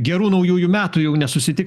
gerų naujųjų metų jeigu nesusitiks